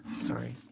Sorry